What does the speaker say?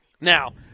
Now